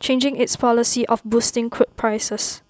changing its policy of boosting crude prices